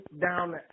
down